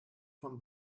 von